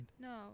No